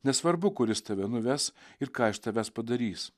nesvarbu kur jis tave nuves ir ką iš tavęs padarys